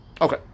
Okay